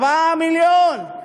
4 מיליון.